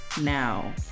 now